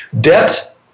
Debt